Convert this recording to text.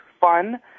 fun